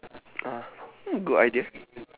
ah good idea